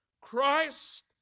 Christ